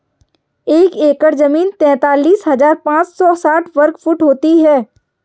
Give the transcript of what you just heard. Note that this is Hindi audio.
एक एकड़ जमीन तैंतालीस हजार पांच सौ साठ वर्ग फुट होती है